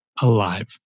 alive